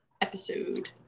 episode